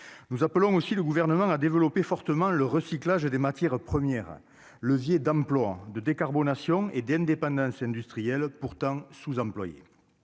nous appelons aussi le gouvernement à développer fortement le recyclage des matières premières levier d'emploi de décarbonation et d'indépendance industrielle pourtant sous-employé